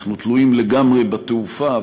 אנחנו תלויים לגמרי בתעופה,